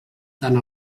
tant